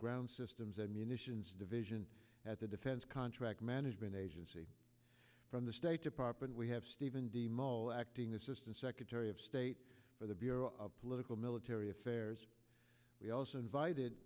ground systems and munitions division at the defense contract management agency from the state department we have stephen d mo acting assistant secretary of state for the bureau of political military affairs we also invited